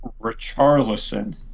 richarlison